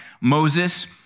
Moses